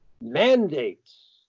mandates